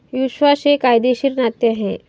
विश्वास हे कायदेशीर नाते आहे